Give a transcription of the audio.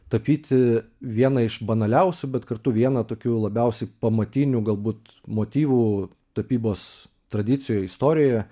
tapyti vieną iš banaliausių bet kartu vieną tokių labiausiai pamatinių galbūt motyvų tapybos tradicijoje istorijoje